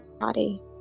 body